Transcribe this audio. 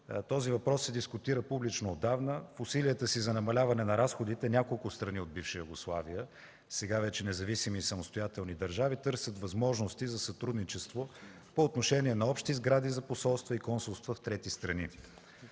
Този въпрос се дискутира публично отдавна. В усилията си за намаляване на разходите няколко страни от бивша Югославия, сега вече независими самостоятелни държави, търсят възможности за сътрудничество по отношение на общи сгради за посолства и консулства в трети страни.